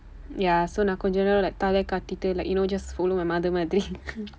நான் கொஞ்சம் நேரம்:naan konjsam neeram like தலை காட்டிட்டு:thalai kaatditdu like you know just follow my mother மாதிரி:maathiri